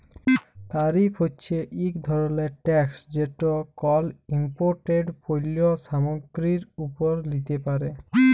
তারিফ হছে ইক ধরলের ট্যাকস যেট কল ইমপোর্টেড পল্য সামগ্গিরির উপর লিতে পারে